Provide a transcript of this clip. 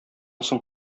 соң